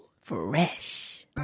Fresh